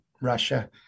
Russia